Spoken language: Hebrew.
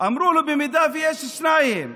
אמרו לו: ואם יש שניים?